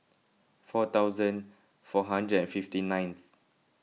four thousand four hundred and fifty ninth